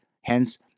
Hence